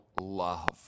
love